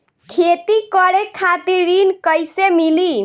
खेती करे खातिर ऋण कइसे मिली?